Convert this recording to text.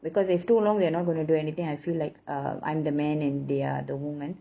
because if too long they are not going to do anything I feel like uh I'm the man and they are the woman